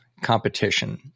competition